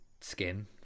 skin